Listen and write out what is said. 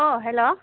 hello